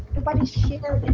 body shared it.